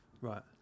right